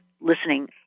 listening